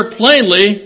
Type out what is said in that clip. plainly